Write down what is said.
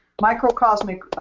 Microcosmic